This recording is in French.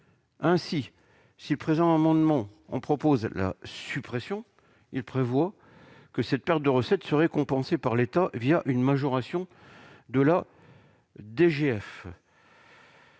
ainsi si le présent amendement on propose la suppression, il prévoit que cette perte de recettes seraient compensées par l'État via une majoration de la DGF.